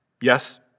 Yes